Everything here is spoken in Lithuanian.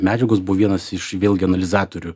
medžiagos buvo vienas iš vėlgi analizatorių